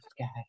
sky